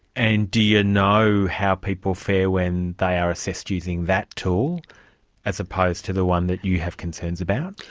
and do you you know how people fare when they are assessed using that tool as opposed to the one that you have concerns about?